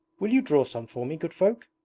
will you draw some for me, good folk